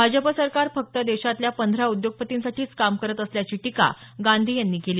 भाजप सरकार फक्त देशातल्या पंधरा उद्योगपतींसाठी काम करत असल्याची टीका गांधी यांनी केली